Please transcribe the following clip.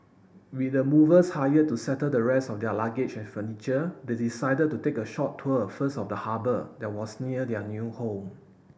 with the movers hired to settle the rest of their luggage and furniture they decided to take a short tour first of the harbour that was near their new home